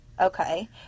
Okay